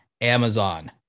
Amazon